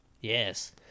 Yes